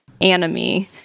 Anime